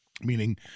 meaning